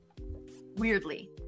Weirdly